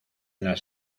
las